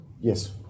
Yes